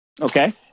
Okay